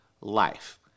life